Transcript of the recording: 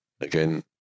again